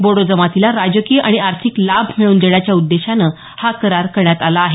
बोडो जमातीला राजकीय आणि आर्थिक लाभ मिळवून देण्याच्या उद्देशानं हा करार करण्यात आला आहे